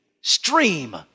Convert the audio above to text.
stream